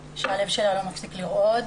שהלב שלה לא מפסיק לרעוד,